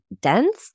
dense